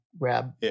grab